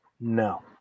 no